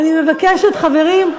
אני מבקשת, חברים,